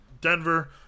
Denver